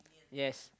yes